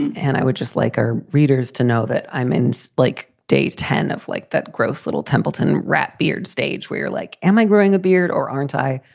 and i would just like our readers to know that i'm in is like date ten of like that gross little templeton rat beard stage where like, am i growing a beard or aren't i?